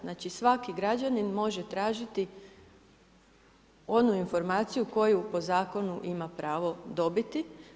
Znači, svaki građanin može tražiti onu informaciju koju po zakonu ima pravo dobiti.